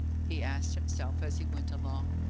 he asked himself as he went along.